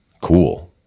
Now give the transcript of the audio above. cool